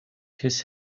his